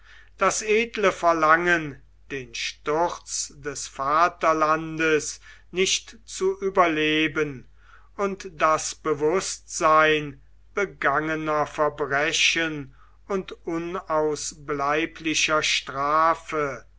das edle verlangen den sturz des vaterlandes nicht zu überleben und das bewußtsein begangener verbrechen und unausbleiblicher strafe